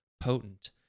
potent